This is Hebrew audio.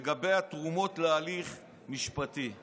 לגבי התרומות להליך משפטי.